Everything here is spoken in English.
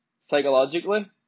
psychologically